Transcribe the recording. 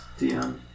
DM